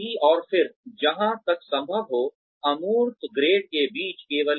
जाऊँगी और फिर जहां तक संभव हो अमूर्त ग्रेड से बचे